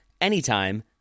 anytime